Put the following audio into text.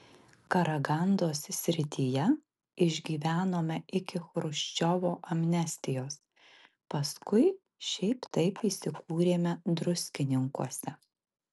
karagandos srityje išgyvenome iki chruščiovo amnestijos paskui šiaip taip įsikūrėme druskininkuose